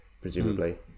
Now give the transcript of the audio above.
presumably